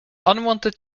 unwanted